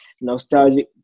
nostalgic